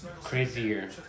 Crazier